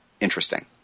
interesting